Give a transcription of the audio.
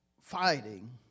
fighting